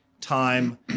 time